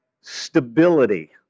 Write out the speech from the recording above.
stability